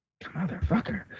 Motherfucker